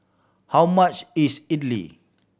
how much is Idly